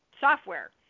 software